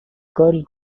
girl